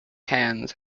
hands